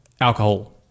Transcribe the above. alcohol